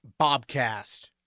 Bobcast